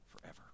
forever